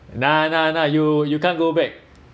nah nah nah you you can't go back